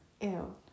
Ew